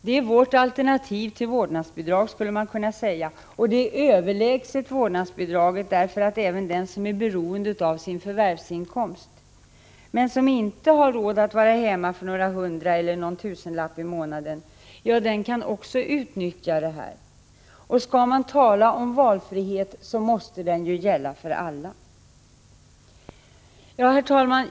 Det är vårt alternativ till vårdnadsbidrag, skulle man kunna säga, och det är överlägset vårdnadsbidraget därför att det tillgodoser också dem som är beroende av sin förvärvsinkomst och som inte har råd att vara hemma om de bara får några hundralappar eller någon tusenlapp i månaden. Skall man tala om valfrihet, måste den ju gälla för alla. Herr talman!